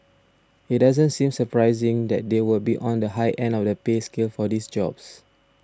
it doesn't seem surprising that they would be on the high end of the pay scale for these jobs